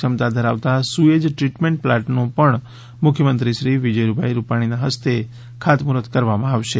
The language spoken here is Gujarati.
ક્ષમતા ધરાવતા સુએજ ટ્રીટમેન્ટ પ્લાન્ટનું પણ મુખ્યમંત્રીશ્રી વિજયભાઈ રૂપાણીના હસ્તે ખાતમૂહર્ત કરવામાં આવશે